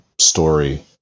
story